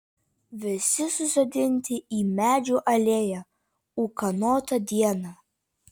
visi susodinti į medžių alėją ūkanotą dieną